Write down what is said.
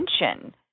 attention